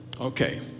Okay